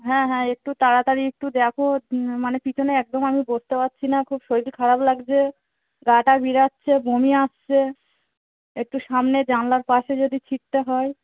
হ্যাঁ হ্যাঁ একটু তাড়াতাড়ি একটু দেখো মানে পিছনে একদম আমি বসতে পারছি না খুব শরীর খারাপ লাগছে গা টা বিরাচ্ছে বমি আসছে একটু সামনে জানলার পাশে যদি সীটটা হয়